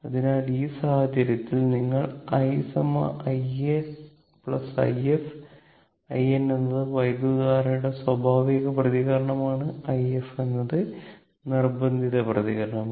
അതിനാൽ ഈ സാഹചര്യത്തിൽ ഞങ്ങൾ i in i f in എന്നത് വൈദ്യുതധാരയുടെ സ്വാഭാവിക പ്രതികരണമാണ് if എന്നത് വൈദ്യുതധാരയുടെ നിർബന്ധിത പ്രതികരണമാണ്